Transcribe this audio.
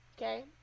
Okay